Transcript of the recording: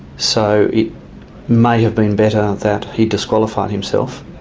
so it may have been better that he disqualified himself.